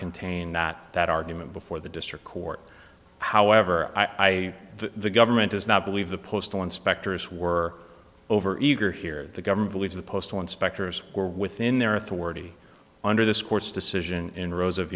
contain that that argument before the district court however i the government does not believe the postal inspectors were overeager here the government believes the postal inspectors were within their authority under this court's decision in rows of